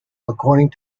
according